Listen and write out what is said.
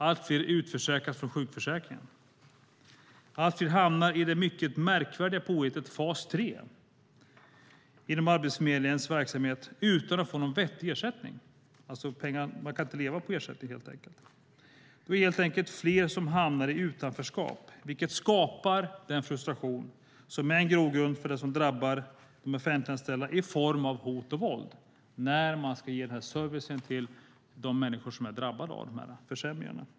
Allt fler utförsäkras från sjukförsäkringen. Allt fler hamnar i det mycket märkvärdiga påhittet fas 3 inom Arbetsförmedlingens verksamhet utan att få en vettig ersättning. De kan inte leva på ersättningen. Det är helt enkelt fler som hamnar i utanförskap, vilket skapar den frustration som är en grogrund för det som drabbar de offentliganställda i form av hot och våld när man ska ge service till de människor som är drabbade av försämringarna.